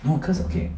no cause okay